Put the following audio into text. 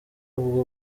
ubwo